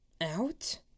Out